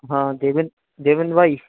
हाँ देवेन देवेन भाई